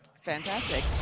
fantastic